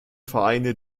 vereine